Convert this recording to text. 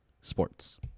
sports